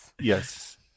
yes